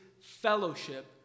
fellowship